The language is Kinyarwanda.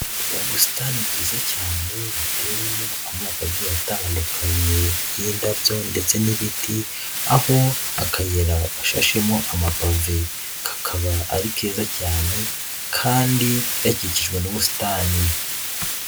Ubusitani bwiza cyane buteyemo amoko agiye atandukanye y'indabyo ndetse n'ibiti aho akayira gashashemo amabave kakaba ari keza cyane kandi gakikijwe n'ubusitani.